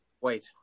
Wait